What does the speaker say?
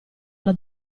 alla